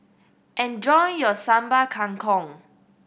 enjoy your Sambal Kangkong